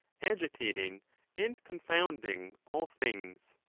agitating and confounding all things.